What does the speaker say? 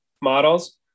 models